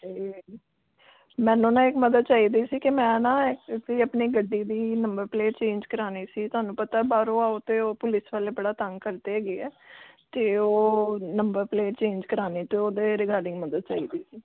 ਅਤੇ ਮੈਨੂੰ ਨਾ ਇੱਕ ਮਦਦ ਚਾਹੀਦੀ ਸੀ ਕਿ ਮੈਂ ਨਾ ਆਪਣੀ ਗੱਡੀ ਦੀ ਨੰਬਰ ਪਲੇਟ ਚੇਂਜ ਕਰਾਉਣੀ ਸੀ ਤੁਹਾਨੂੰ ਪਤਾ ਬਾਹਰੋਂ ਆਓ ਤਾਂ ਉਹ ਪੁਲਿਸ ਵਾਲੇ ਬੜਾ ਤੰਗ ਕਰਦੇ ਹੈਗੇ ਆ ਤਾਂ ਉਹ ਨੰਬਰ ਪਲੇਟ ਚੇਂਜ ਕਰਾਉਣੀ ਤਾਂ ਉਹਦੇ ਰਿਗਾਰਡਿੰਗ ਮਦਦ ਚਾਹੀਦੀ ਸੀ